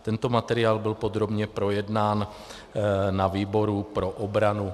Tento materiál byl podrobně projednán na výboru pro obranu.